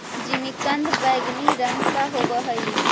जिमीकंद बैंगनी रंग का होव हई